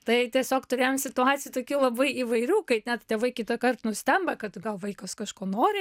tai tiesiog turėjom situacijų tokių labai įvairių kai net tėvai kitąkart nustemba kad gal vaikas kažko nori